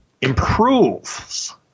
improves